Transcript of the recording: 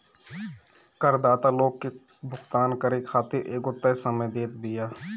करदाता लोग के भुगतान करे खातिर एगो तय समय देत बिया